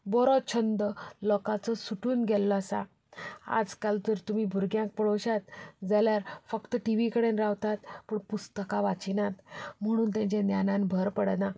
बरो छंद लोकांचो सुटून गेल्लो आसा आज काल जर तुमी भुरग्याक पळोवश्यात जाल्यार फक्त टी व्ही कडेन रावतात पूण पुस्तकां वाचीनात म्हणून तेंचे ज्ञानांत भर पडना